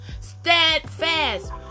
steadfast